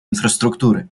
инфраструктуры